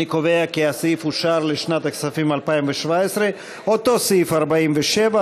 אני קובע כי הסעיף אושר לשנת הכספים 2017. אותו סעיף 47,